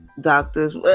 doctors